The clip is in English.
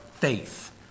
faith